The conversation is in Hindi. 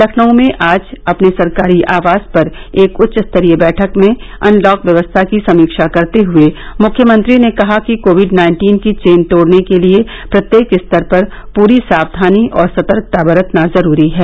लखनऊ में आज अपने सरकारी आवास पर एक उच्च स्तरीय बैठक में अनलॉक व्यवस्था की समीक्षा करते हुए मुख्यमंत्री ने कहा कि कोविड नाइन्टीन की चेन तोड़ने के लिए प्रत्येक स्तर पर पूरी साक्वानी और सतर्कता बरतना जरूरी है